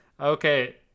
okay